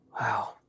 Wow